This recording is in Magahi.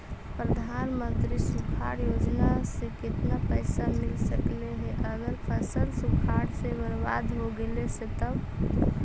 प्रधानमंत्री सुखाड़ योजना से केतना पैसा मिल सकले हे अगर फसल सुखाड़ से बर्बाद हो गेले से तब?